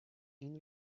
این